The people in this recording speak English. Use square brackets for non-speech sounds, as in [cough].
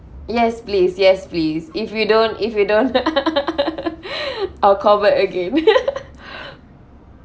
yes please yes please if you don't if you don't [laughs] I'll call back again